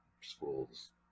schools